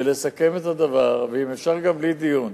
ולסכם את הדבר, ואם אפשר גם בלי דיון,